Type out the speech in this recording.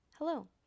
Hello